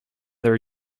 their